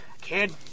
Kid